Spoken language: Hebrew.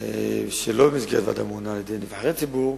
שלא במסגרת ועדה ממונה, על-ידי נבחרי ציבור,